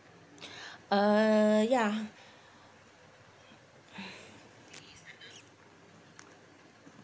uh ya